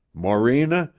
morena,